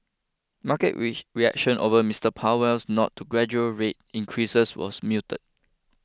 market which reaction over Mister Powell's nod to gradual rate increases was muted